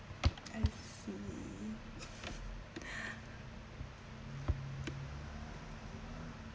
as you